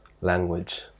language